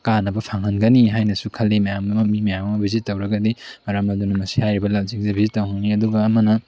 ꯀꯥꯟꯅꯕ ꯐꯪꯍꯟꯒꯅꯤ ꯍꯥꯏꯅꯁꯨ ꯈꯜꯂꯤ ꯃꯌꯥꯝꯒꯤ ꯃꯤ ꯃꯌꯥꯝ ꯑꯃ ꯚꯤꯖꯤꯠ ꯇꯧꯔꯒꯗꯤ ꯃꯔꯝ ꯑꯗꯨꯅ ꯃꯁꯤ ꯍꯥꯏꯔꯤꯕ ꯂꯝꯁꯤꯡꯁꯦ ꯚꯤꯖꯤꯠ ꯇꯧꯍꯟꯅꯤꯡꯉꯦ ꯑꯗꯨꯒ ꯑꯃꯅ